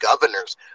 governors